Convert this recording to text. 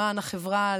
למען החברה,